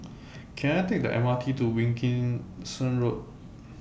Can I Take The M R T to Wilkinson Road